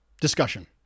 discussion